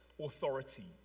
authority